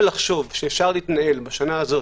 לחשוב שניתן להתנהל בשנה הזאת,